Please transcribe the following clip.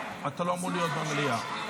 תנו לו לדבר.